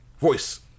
Voice